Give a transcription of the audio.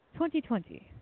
2020